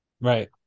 Right